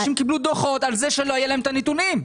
אנשים קיבלו דוחות בגלל שלא היו להם נתונים.